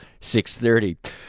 6.30